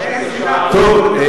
טוב,